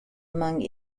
among